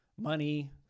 money